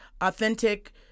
authentic